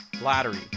Lottery